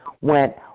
went